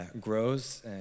grows